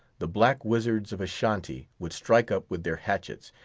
the black wizards of ashantee would strike up with their hatchets,